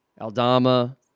Aldama